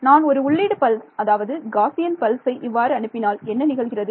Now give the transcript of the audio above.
நான் ஒரு உள்ளீடு பல்ஸ் அதாவது காசியன் பல்சை இவ்வாறு அனுப்பினால் என்ன நிகழ்கிறது